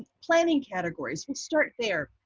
planning categories. we'll start there.